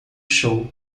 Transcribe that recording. show